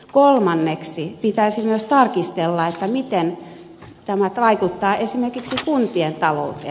kolmanneksi pitäisi myös tarkastella miten tämä vaikuttaa esimerkiksi kuntien talouteen